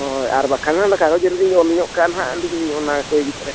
ᱦᱳᱭ ᱟᱨ ᱵᱟᱠᱷᱟᱱ ᱫᱚ ᱚᱱᱟ ᱠᱟᱜᱚᱡᱽ ᱨᱮᱞᱤᱧ ᱚᱞ ᱧᱚᱜ ᱠᱟᱜᱼᱟ ᱦᱟᱸᱜ ᱟᱹᱞᱤᱧ ᱚᱱᱟ ᱠᱚ ᱤᱫᱤ ᱛᱚᱨᱟᱭᱟ